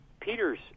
Peter's